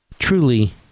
truly